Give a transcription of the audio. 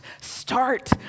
start